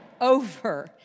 over